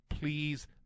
please